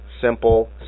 Simple